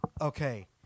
Okay